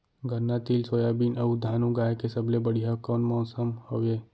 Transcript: गन्ना, तिल, सोयाबीन अऊ धान उगाए के सबले बढ़िया कोन मौसम हवये?